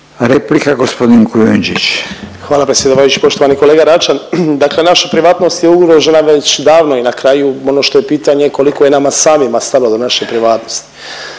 **Kujundžić, Ante (MOST)** Hvala predsjedavajući. Poštovani kolega Račan, dakle naša privatnost je ugrožena već davno i na kraju ono što je pitanje koliko je nama samima stalo do naše privatnosti